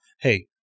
Hey